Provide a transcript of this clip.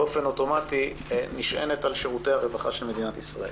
באופן אוטומטי נשענת על שירותי התעסוקה של מדינת ישראל.